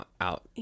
out